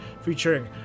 featuring